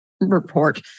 report